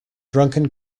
drunken